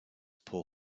pour